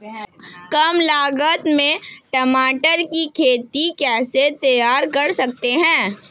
कम लागत में टमाटर की खेती कैसे तैयार कर सकते हैं?